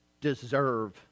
deserve